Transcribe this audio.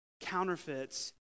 Counterfeits